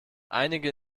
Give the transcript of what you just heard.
einige